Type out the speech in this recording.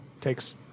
takes